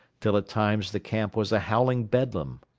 till at times the camp was a howling bedlam.